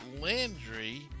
Landry